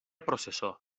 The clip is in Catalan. processó